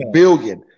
billion